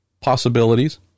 possibilities